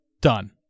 done